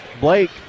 Blake